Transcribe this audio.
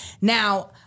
Now